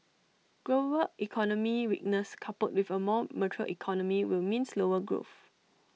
global economic weakness coupled with A more mature economy will mean slower growth